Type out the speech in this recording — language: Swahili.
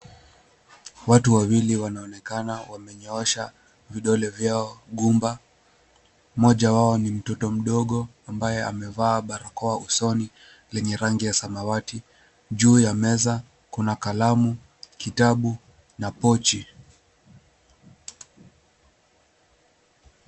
Watu wawili wanaonekana wamenyoosha vidole vyao gumba. Mmoja wao ni mtoto mdogo ambaye amevaa barakoa usoni lenye rangi ya samawati. Juu ya meza kuna kalamu, kitabu na pochi.